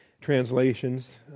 translations